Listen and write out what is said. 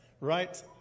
right